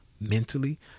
mentally